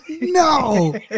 No